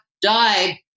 died